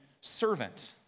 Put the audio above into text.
servant